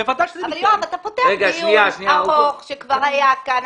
אבל אתה פותח דיון ארוך שכבר היה כאן.